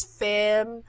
film